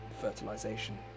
fertilization